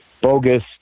bogus